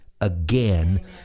again